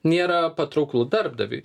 nėra patrauklu darbdaviui